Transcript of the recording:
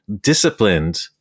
disciplined